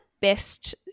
best –